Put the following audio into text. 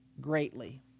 greatly